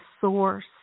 source